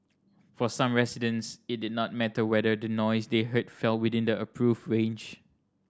for some residents it did not matter whether the noise they heard fell within the approved range